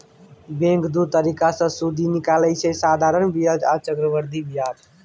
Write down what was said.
bank दु तरीका सँ सुदि निकालय छै साधारण आ चक्रबृद्धि ब्याज